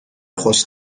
خوش